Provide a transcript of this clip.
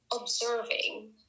observing